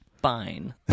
fine